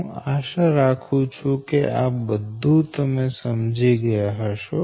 હું આશા રાખું છું કે આ બધું તમે સમજી ગયા હશો